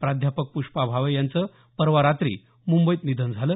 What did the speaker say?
प्राध्यापक प्ष्पा भावे यांचं परवा रात्री मुंबईत निधन झालं